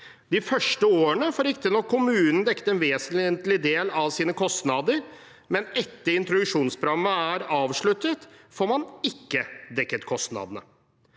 De første årene får riktignok kommunen dekket en vesentlig del av sine kostnader, men etter at introduksjonsprogrammet er avsluttet, får man ikke dekket kostnadene.